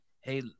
Hey